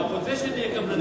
אתה רוצה שנהיה קבלני ביצוע.